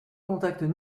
contacts